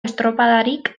estropadarik